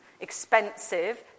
expensive